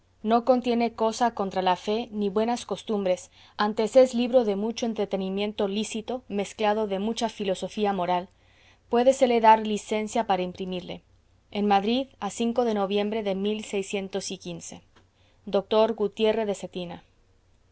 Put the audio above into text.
no contiene cosa contra la fe ni buenas costumbres antes es libro de mucho entretenimiento lícito mezclado de mucha filosofía moral puédesele dar licencia para imprimirle en madrid a cinco de noviembre de mil seiscientos y quince doctor gutierre de cetina